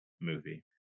movie